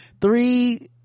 Three